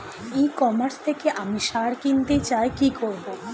ই commerce থেকে আমি সার কিনতে চাই কি করব?